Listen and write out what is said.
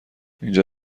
اینجا